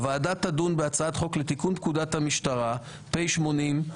הוועדה תדון בהצעת חוק לתיקון פקודת המשטרה, פ/80.